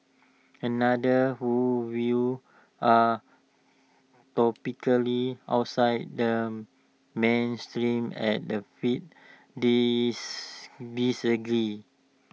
another who views are topically outside the mainstream at the fed disagreed